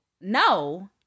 no